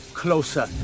closer